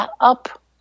up